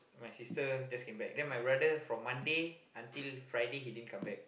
my sister just came back then my brother from Monday until Friday he didn't come back